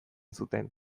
zuten